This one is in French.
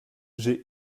j’ai